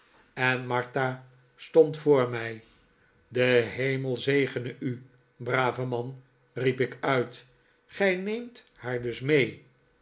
en martha stond voor mij de hemel zegene u brave man riep ik uit gij neemt haar dus mee